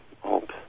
hope